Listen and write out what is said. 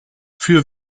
für